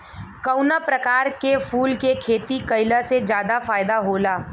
कवना प्रकार के फूल के खेती कइला से ज्यादा फायदा होला?